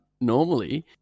normally